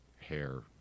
hair